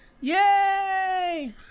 Yay